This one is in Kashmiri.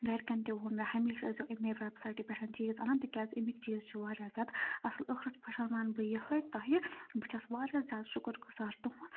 گَرِکٮ۪ن تہِ ووٚن مےٚ ہمیشہِ ٲسۍ زیٚو امے وٮ۪بسایٹہِ پٮ۪ٹھ چیٖز اَنَان تِکیازِ اَمِکۍ چیٖز چھِ واریاہ زیادٕ اَصٕل ٲخرَس پٮ۪ٹھ وَنہٕ بہٕ یِہٕے تۄہہِ بہٕ چھَس واریاہ زیادٕ شُکُر گُزار تُہُنٛد